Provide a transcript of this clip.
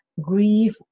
grief